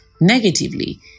negatively